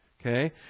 okay